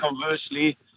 conversely